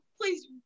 please